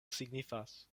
signifas